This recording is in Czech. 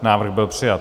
Návrh byl přijat.